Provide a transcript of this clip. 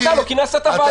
ואתה לא כינסת את הוועדה.